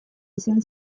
izan